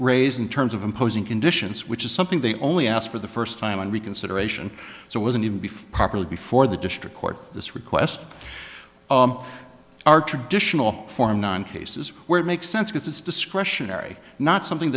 raise in terms of imposing conditions which is something they only asked for the first time and reconsideration so wasn't even before properly before the district court this request our traditional form nine cases where it makes sense because it's discretionary not something